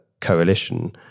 coalition